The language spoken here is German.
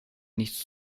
nichts